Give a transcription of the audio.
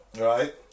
right